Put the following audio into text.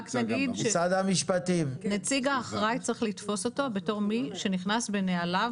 רק נגיד שנציג האחראי צריך לתפוס אותו בתור מי שנכנס בנעליו